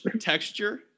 texture